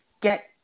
get